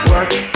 Work